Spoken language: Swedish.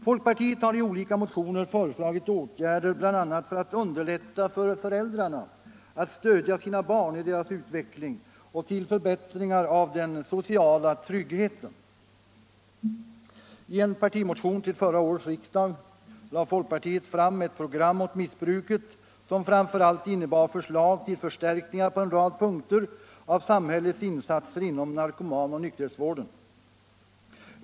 Folkpartiet har i olika motioner föreslagit åtgärder, bl.a. för att underlätta för föräldrarna att stödja sina barn i deras utveckling och till förbättringar av den sociala tryggheten. I en partimotion till förra årets riksdag lade folkpartiet fram ett program mot missbruket som framför allt innebar förslag till förstärkningar på en rad punkter av samhällets insatser inom narkomanoch nykterhetsvården.